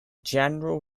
general